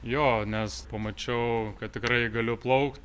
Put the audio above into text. jo nes pamačiau kad tikrai galiu plaukt